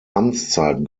amtszeit